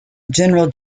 general